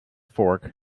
fork